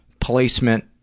placement